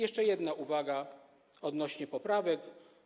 Jeszcze jedna uwaga odnośnie do poprawek.